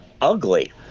ugly